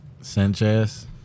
Sanchez